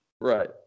Right